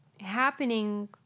happening